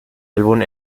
álbum